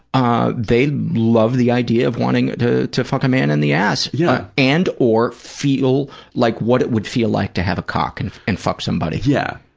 ah they love the idea of wanting to to fuck a man in the ass, yeah and or feel like what it would feel like to have a cock and and fuck somebody. yeah.